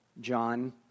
John